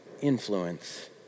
influence